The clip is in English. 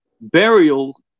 burial